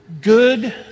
good